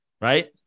right